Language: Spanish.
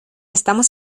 estamos